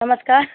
नमस्कार